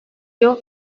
yol